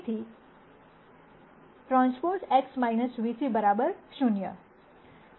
તેથી TX vc 0